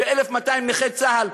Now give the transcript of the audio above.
ו-1,200 נכי צה"ל,